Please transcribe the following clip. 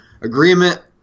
agreement